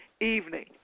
evening